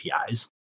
APIs